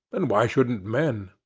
and why shouldn't men?